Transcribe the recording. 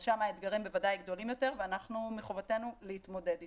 אז שם האתגרים בוודאי גדולים יותר ומחובתנו להתמודד איתם.